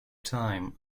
time